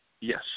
Yes